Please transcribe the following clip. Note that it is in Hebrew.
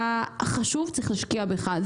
אתה חשוב, צריך להשקיע בך.